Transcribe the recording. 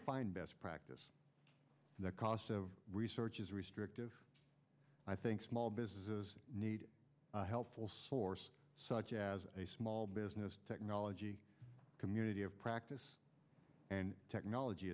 find best practice the cost of research is restrictive i think small businesses need helpful source such as a small business technology community of practice and technology